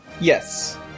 yes